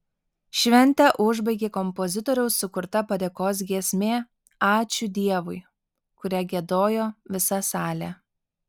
šventę užbaigė kompozitoriaus sukurta padėkos giesmė ačiū dievui kurią giedojo visa salė